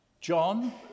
John